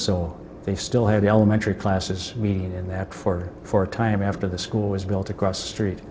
so they still have the elementary classes we need in that four or four time after the school was built across the street